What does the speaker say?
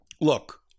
Look